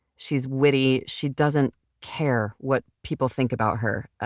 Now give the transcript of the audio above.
she's witty, she doesn't care what people think about her,